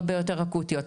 הרבה יותר אקוטיות,